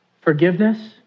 forgiveness